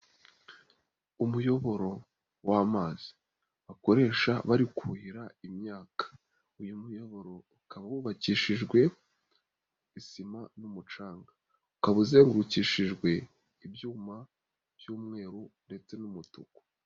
Umuyoboro w'amazi bakoresha bari kuhira imyaka. Uyu muyoboro ukaba wubakishijwe isima n'umucanga, ukaba uzengukishijwe ibyuma by'umweru ndetse n'umutuku.